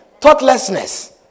thoughtlessness